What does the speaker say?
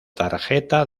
tarjeta